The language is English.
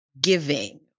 giving